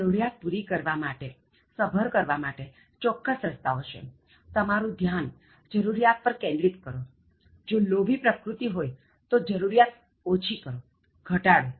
જરુરિયાત પૂરી કરવા માટે સભર કરવા માટે ચોક્કસ રસ્તાઓ છેતમારું ધ્યાન જરુરિયાત પર કેંદ્રિત કરો જો લોભી પ્રકૃતિ હોય તો જરુરિયાત ઓછી કરો ઘટાડો